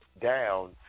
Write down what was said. down